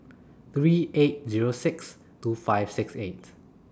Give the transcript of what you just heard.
three eight Zero six two five six eight